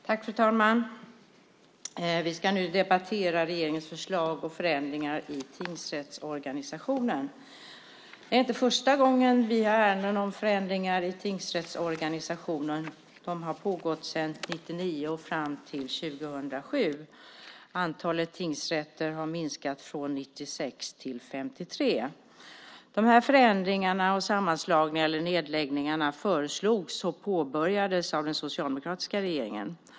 Fru talman! Vi ska nu debattera regeringens förslag om förändringar i tingsrättsorganisationen. Det är inte första gången vi har ärenden om förändringar i tingsrättsorganisationen. De har pågått sedan 1999 och fram till 2007. Antalet tingsrätter har minskat från 96 till 53. De här förändringarna och sammanslagningarna eller nedläggningarna föreslogs och påbörjades av den socialdemokratiska regeringen.